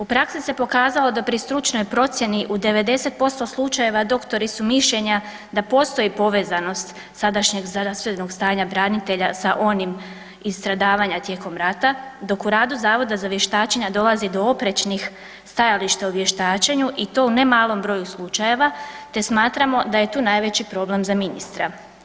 U praksi se pokazalo da pri stručnoj procjeni u 90% slučajeva, doktori su mišljenja da postoji povezanost sadašnjeg zdravstvenog stanja branitelja sa onim iz stradavanja tijekom rata dok u radu zavoda za vještačenja dolazi do oprečnih stajališta u vještačenju i to u nemalom broju slučajeva te smatramo da je tu najveći problem za ministra.